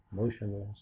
motionless